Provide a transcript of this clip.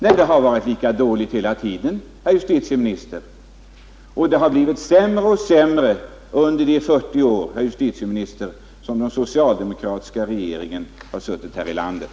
Nej, det har varit lika dåligt hela tiden, herr justitieminister, men det har blivit sämre och sämre under de 40 år som den socialdemokratiska regeringen har styrt här i landet!